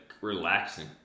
relaxing